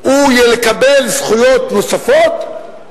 הוא יקבל זכויות נוספות?